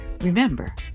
Remember